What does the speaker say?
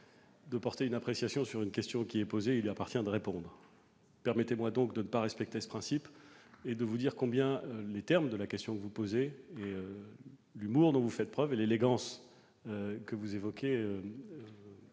de porter une appréciation sur une question qui est posée, il lui appartient d'y répondre. Permettez-moi de ne pas respecter ce principe et de vous dire combien les termes de la question que vous posez, l'humour dont vous faites preuve et l'élégance avec laquelle